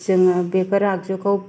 जोङो बेफोर आगजुखौ